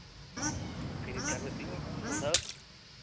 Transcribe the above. free servicing ᱯᱩᱱ ᱫᱷᱟᱣ